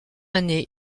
année